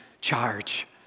charge